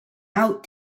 out